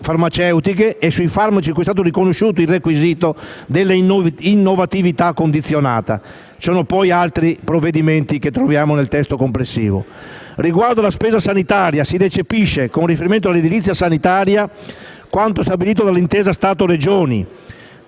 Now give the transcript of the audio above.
e sui farmaci cui è stato riconosciuto il requisito dell'innovatività condizionata. Ci sono poi altri provvedimenti che troviamo nel testo. Riguardo alla spesa sanitaria si recepisce, con riferimento all'edilizia sanitaria, quanto stabilito dall'intesa Stato-Regioni